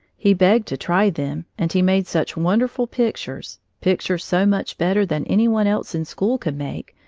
he begged to try them, and he made such wonderful pictures, pictures so much better than any one else in school could make,